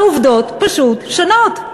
העובדות פשוט שונות.